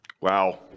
wow